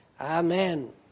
Amen